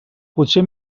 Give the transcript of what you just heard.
potser